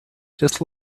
just